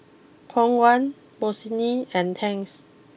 Khong Guan Bossini and Tangs